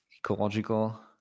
ecological